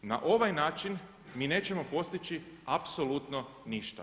Na ovaj način mi nećemo postići apsolutno ništa.